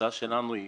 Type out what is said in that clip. ההצעה שלנו היה